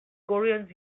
koreans